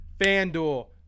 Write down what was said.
FanDuel